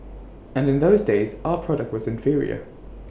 and in those days our product was inferior